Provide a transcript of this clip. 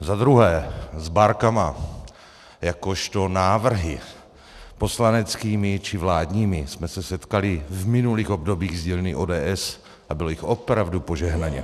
Za druhé, s bárkami jakožto návrhy poslaneckými či vládními jsme se setkali v minulých obdobích z dílny ODS, a bylo jich opravdu požehnaně.